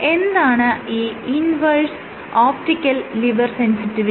എന്താണ് ഈ inverse optical lever sensitivity